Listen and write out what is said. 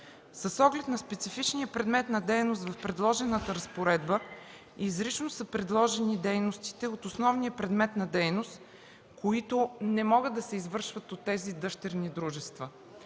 С оглед на специфичния предмет на дейност в предложената разпоредба изрично са предложени дейностите от основния предмет на дейност, които не могат да се извършват от тези дъщерни дружества.